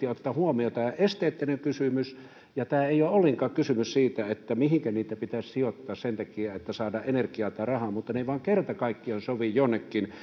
ja kauniita maisemia että tämä esteettinen kysymys pitää oikeasti ottaa huomioon tässä ei ole ollenkaan kysymys siitä mihinkä niitä pitäisi sijoittaa sen takia että saadaan energiaa tai rahaa vaan ne eivät vain kerta kaikkiaan sovi jonnekin